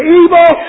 evil